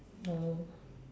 oh